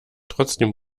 trotzdem